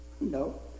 No